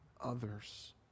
others